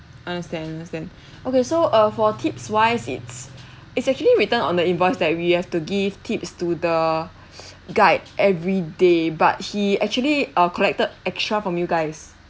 understand understand okay so uh for tips wise it's it's actually written on the invoice that we have to give tips to the guide every day but he actually uh collected extra from you guys